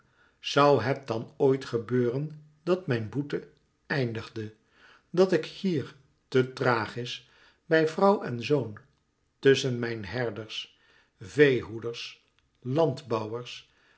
zoû het dan oit gebeuren dat mijn boete eindige dat ik hier te thrachis bij vrouw en zoon tusschen mijn herders veehoeders landbouwers